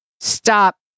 Stop